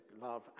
love